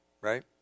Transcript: right